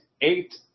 eight